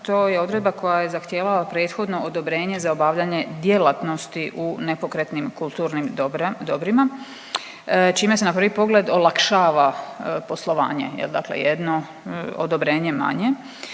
to je odredba koja je zahtijevala prethodno odobrenje za obavljanje djelatnosti u nepokretnim kulturnim dobrima čime se na prvi pogled olakšava poslovanje, dakle jedno odobrenje manje.